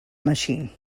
machine